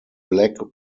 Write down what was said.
black